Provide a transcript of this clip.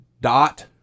dot